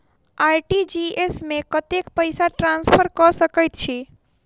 RTGS मे कतेक पैसा ट्रान्सफर कऽ सकैत छी?